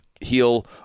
heal